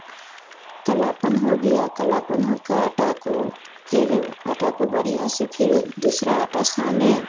कालापन हो गया कालापन हो कर आटा को फिर आटा को बढ़ियाँ से फिर दूसरा आटा साने